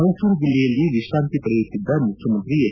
ಮೈಸೂರು ಜಿಲ್ಲೆಯಲ್ಲಿ ವಿಶ್ರಾಂತಿ ಪಡೆಯುತ್ತಿದ್ದ ಮುಖ್ಯಮಂತ್ರಿ ಎಚ್